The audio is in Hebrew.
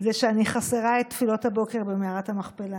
זה שאני חסרה את תפילות הבוקר במערת המכפלה.